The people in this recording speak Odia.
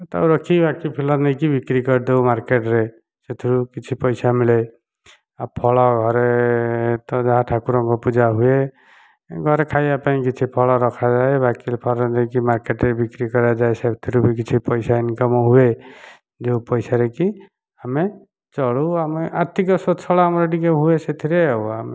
ତାକୁ ରଖିକି ବାକି ଫୁଲ ନେଇକି ବିକ୍ରି କରି ଦେଉ ମାର୍କେଟରେ ସେଥିରୁ କିଛି ପଇସା ମିଳେ ଆଉ ଫଳ ଘରେ ଏ ତ ଯାହା ଠାକୁରଙ୍କ ପୂଜା ହୁଏ ଘରେ ଖାଇବା ପାଇଁ କିଛି ଫଳ ରଖାଯାଏ ବାକି ଫଳ ନେଇକି ମାର୍କେଟରେ ବିକ୍ରି କରାଯାଏ ସେଥିରୁ ବି କିଛି ପଇସା ଇନକମ ହୁଏ ଯେଉଁ ପଇସାରେ କି ଆମେ ଚଳୁ ଆମେ ଆର୍ଥିକ ସ୍ୱଚ୍ଛଳ ଆମର ଟିକେ ହୁଏ ସେଥିରେ ଆଉ ଆମେ